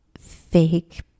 fake